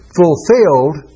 fulfilled